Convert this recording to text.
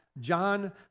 John